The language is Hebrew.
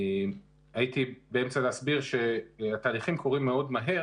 הייתי באמצע להסביר שהתהליכים קורים מאוד מהר